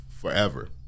forever